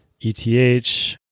ETH